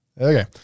Okay